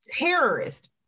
terrorist